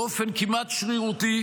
באופן כמעט שרירותי,